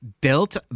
Built